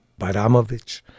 Baramovich